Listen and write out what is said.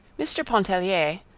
mr. pontellier,